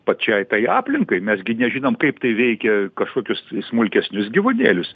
pačiai tai aplinkai mes gi nežinom kaip tai veikia kažkokius smulkesnius gyvūnėlius